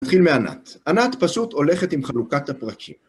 נתחיל מענת. ענת פשוט הולכת עם חלוקת הפרקים.